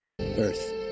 Earth